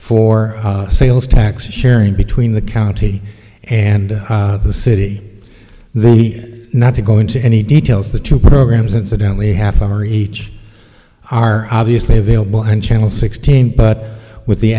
for sales tax sharing between the county and the city then he not to go into any details the two programs incidentally half hour each are obviously available on channel sixteen but with the